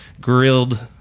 grilled